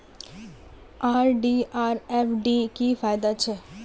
RD आर FD की फ़ायदा छे?